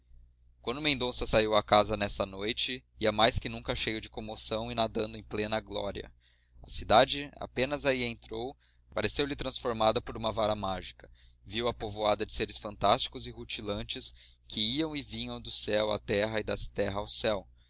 quando mendonça chegou à casa nessa noite ia mais que nunca cheio de comoção e nadando em plena glória a cidade apenas aí entrou pareceu-lhe transformada por uma vara mágica viu-a povoada de seres fantásticos e rutilantes que iam e vinham do céu à terra e da terra ao céu